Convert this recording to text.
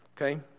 okay